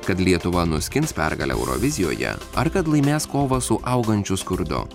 kad lietuva nuskins pergalę eurovizijoje ar kad laimės kovą su augančio skurdu